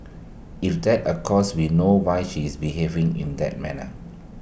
if that occurs we know why she is behaving in that manner